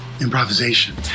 improvisation